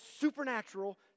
supernatural